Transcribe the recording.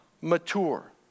mature